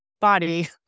body